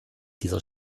dieser